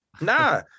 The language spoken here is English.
Nah